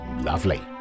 Lovely